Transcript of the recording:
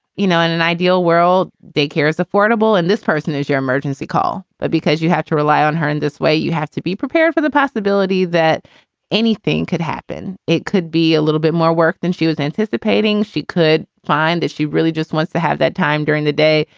you know, in an ideal world, big hair is affordable and this person is your emergency call. but because you have to rely on her in this way, you have to be prepared for the possibility that anything could happen. it could be a little bit more work than she was anticipating. she could find that she really just wants to have that time during the day.